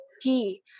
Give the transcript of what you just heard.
key